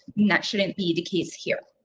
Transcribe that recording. that shouldn't be the case here.